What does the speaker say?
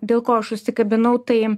dėl ko aš užsikabinau tai